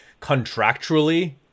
contractually